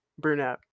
brunette